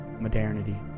modernity